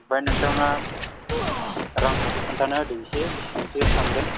ओमफ्राय नोंथाङा रांखौबो खोथाना होदो एसे बिसिबांसो थांगोन